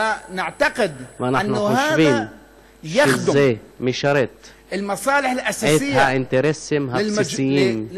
ואנחנו חושבים שזה משרת את האינטרסים הבסיסיים של